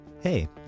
Hey